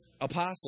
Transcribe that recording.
apostle